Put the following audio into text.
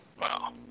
Wow